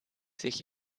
sich